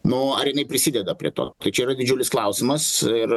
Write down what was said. nu ar jinai prisideda prie to tai čia yra didžiulis klausimas ir